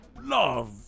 love